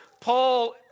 Paul